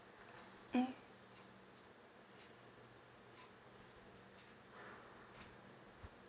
mm